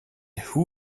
who